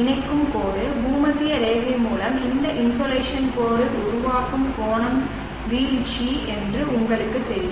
இணைக்கும் கோடு பூமத்திய ரேகை மூலம் இந்த இன்சோலேஷன் கோடு உருவாக்கும் கோணம் வீழ்ச்சி என்று உங்களுக்குத் தெரியும்